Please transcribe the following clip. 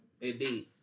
Indeed